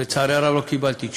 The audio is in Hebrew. לצערי הרב לא קיבלתי תשובה.